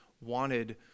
wanted